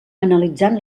analitzant